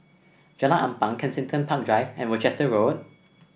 Jalan Ampang Kensington Park Drive and Worcester Road